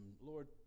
Lord